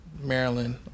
Maryland